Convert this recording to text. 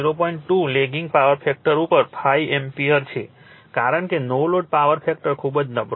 2 lagging power factor ઉપર 5 ampere છે કારણ કે નો લોડ પાવર ફેક્ટર ખૂબ જ નબળો છે